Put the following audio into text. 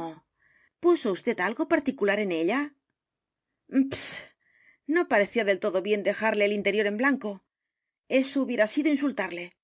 o vd algo particular en ella p h s no parecía del todo bien dejarle el interior en blanco eso hubiera sido insultarle